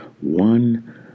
one